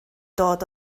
dod